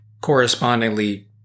correspondingly